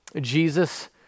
Jesus